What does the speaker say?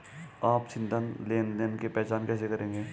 आप संदिग्ध लेनदेन की पहचान कैसे करेंगे?